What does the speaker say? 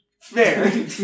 Fair